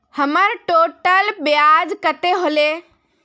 हमर टोटल ब्याज कते होले?